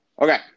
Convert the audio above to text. okay